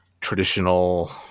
traditional